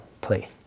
play